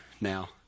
now